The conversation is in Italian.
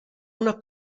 una